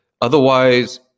Otherwise